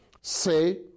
Say